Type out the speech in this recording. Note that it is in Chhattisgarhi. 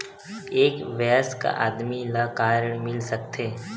एक वयस्क आदमी ल का ऋण मिल सकथे?